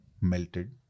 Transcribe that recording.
melted